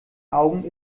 augen